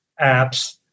apps